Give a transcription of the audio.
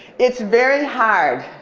it's very hard.